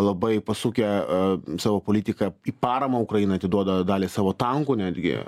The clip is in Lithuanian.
labai pasukę savo politiką į paramą ukrainai atiduoda dalį savo tankų netgi